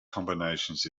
combinations